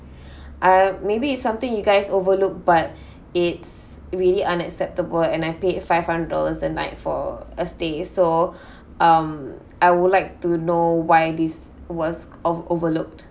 I maybe it's something you guys overlooked but it's really unacceptable and I paid five hundred dollars a night for a stay so um I would like to know why this was over~ overlooked